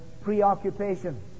preoccupation